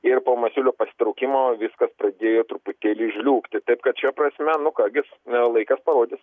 ir po masiulio pasitraukimo viskas pradėjo truputėlį žliūgti taip kad šia prasme nu ką gis laikas parodys